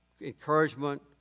encouragement